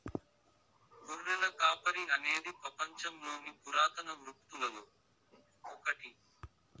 గొర్రెల కాపరి అనేది పపంచంలోని పురాతన వృత్తులలో ఒకటి